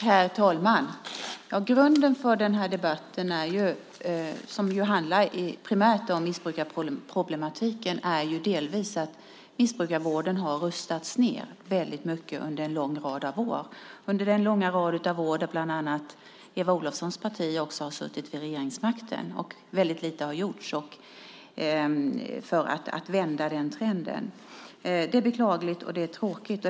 Herr talman! Grunden för den här debatten, som primärt handlar om missbrukarproblematiken, är delvis att missbrukarvården har rustats ned väldigt mycket under en lång rad av år, under den långa rad av år då bland annat Eva Olofssons parti har suttit vid regeringsmakten. Väldigt lite har gjorts för att vända den trenden. Det är beklagligt, och det är tråkigt.